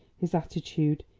his attitude,